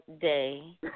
Day